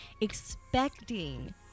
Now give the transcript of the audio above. expecting